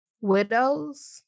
widows